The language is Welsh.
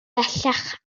bellach